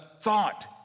thought